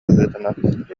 быһыытынан